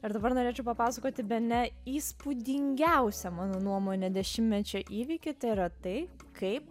ir dabar norėčiau papasakoti bene įspūdingiausią mano nuomone dešimtmečio įvykį tai yra tai kaip